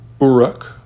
Uruk